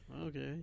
Okay